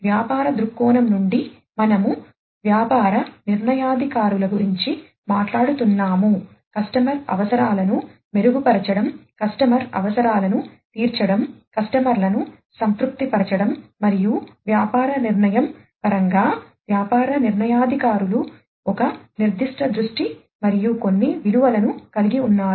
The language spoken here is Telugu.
వ్యాపార దృక్కోణం నుండి మనము వ్యాపార నిర్ణయాధికారుల గురించి మాట్లాడుతున్నాము కస్టమర్ అవసరాలను మెరుగుపరచడం కస్టమర్ అవసరాలను తీర్చడం వినియోగదారులను సంతృప్తి పరచడం మరియు వ్యాపార నిర్ణయం పరంగా వ్యాపార నిర్ణయాధికారులు ఒక నిర్దిష్ట దృష్టి మరియు కొన్ని విలువలను కలిగి ఉన్నారు